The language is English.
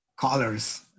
colors